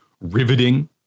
riveting